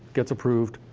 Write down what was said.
gets approved,